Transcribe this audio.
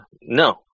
no